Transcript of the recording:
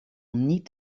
niet